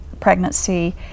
pregnancy